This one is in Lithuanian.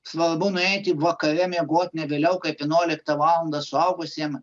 svarbu nueiti vakare miegoti ne vėliau kaip vienuoliktą valandą suaugusiem